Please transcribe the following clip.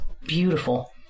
beautiful